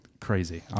Crazy